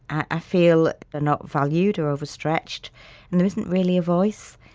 i feel they're not valued or overstretched and there isn't really a voice.